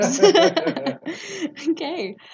Okay